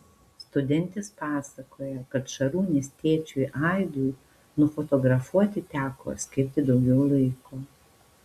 studentės pasakoja kad šarūnės tėčiui aidui nufotografuoti teko skirti daugiau laiko